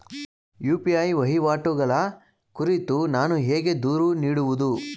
UPI ವಹಿವಾಟುಗಳ ಕುರಿತು ನಾನು ಹೇಗೆ ದೂರು ನೀಡುವುದು?